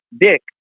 dick